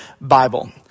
Bible